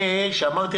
אמרתי